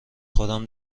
خودم